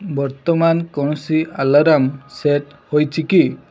ବର୍ତ୍ତମାନ କୌଣସି alarm set ହୋଇଛି କି